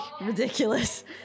Ridiculous